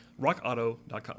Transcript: rockauto.com